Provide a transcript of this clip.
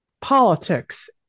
politics